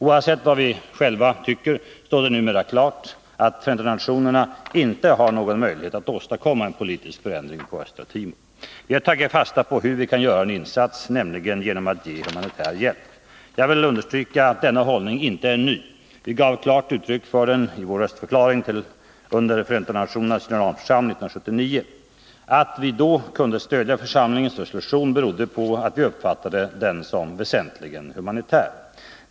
Oavsett vad vi själva tycker, står det numera klart att FN inte har någon möjlighet att åstadkomma en politisk förändring på Östra Timor. Vi har tagit fasta på hur vi kan göra en insats, nämligen genom att ge humanitär hjälp. Jag vill understryka att denna hållning inte är ny. Vi gav klart uttryck för den i vår röstförklaring under FN:s generalförsamling 1979. Att vi då kunde stödja församlingens resolution berodde på att vi uppfattade den som väsentligen humanitär.